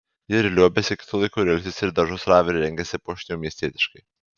ji ir liuobiasi kitu laiku ir ilsisi ir daržus ravi ir rengiasi puošniau miestietiškai